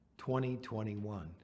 2021